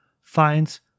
finds